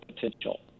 potential